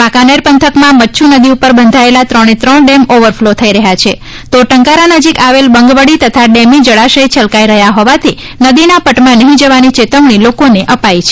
વાંકાનેર પંથકમાં મચ્છુ નદી ઉપર બંધાયેલા ત્રણે ત્રણ ડેમ ઓવરફ્લો થઈ રહ્યાં છે તો ટંકારા નજીક આવેલ બંગવડી તથા ડેમી જળાશય છલકાઈ રહ્યા હોવાથી નદીના પટમાં નહીં જવાની ચેતવણી લોકોને અપાઈ છે